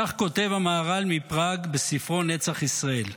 כך כותב המהר"ל מפראג בספרו "נצח ישראל":